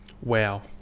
wow